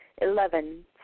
Eleven